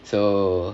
so